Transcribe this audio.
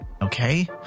Okay